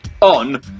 on